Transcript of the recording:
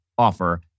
offer